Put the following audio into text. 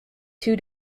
two